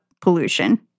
pollution